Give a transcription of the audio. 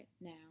now